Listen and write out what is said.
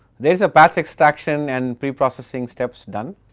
there is a patch extraction and preprocessing steps done